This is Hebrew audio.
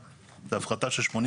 היתה ירידה מאוד גדולה.